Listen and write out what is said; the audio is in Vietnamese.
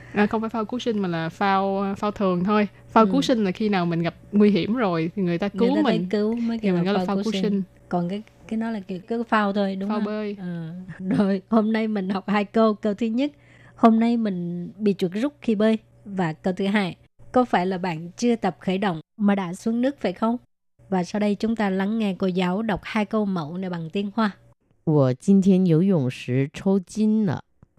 À, không phải phao cứu sinh mà là phao- phao thường thôi. Phao cứu Ừ. sinh là khi nào mình gặp nguy hiểm rồi thì người ta Người cứu ta tới mình. cứu mới Thì kêu là mình gọi là phao phao cứu cứu sinh. sinh. Còn cái- cái đó là kiểu cái phao thôi, đúng Phao không? bơi. Ờ. Rồi, hôm nay mình học hai câu. Câu thứ nhất, hôm nay mình bị chuột rút khi bơi. Và câu thứ hai, có phải là bạn chưa tập khởi động mà đã xuống nước phải không? Và sau đây chúng ta lắng nghe cô giáo đọc hai câu mẫu này bằng tiếng Hoa. 我今天游泳时抽筋了。